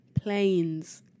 planes